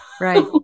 Right